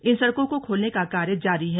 इन सड़कों को खोलने का कार्य जारी है